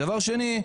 דבר שני,